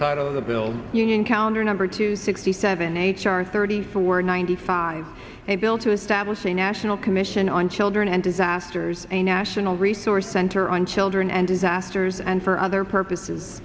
title of the bill you encounter number two sixty seven h r thirty four ninety five a bill to establish a national commission on children and disasters a national resource center on children and disasters and for other purposes